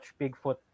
Bigfoot